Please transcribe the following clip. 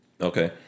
Okay